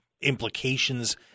implications